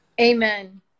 Amen